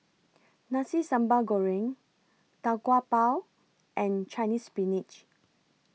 Nasi Sambal Goreng Tau Kwa Pau and Chinese Spinach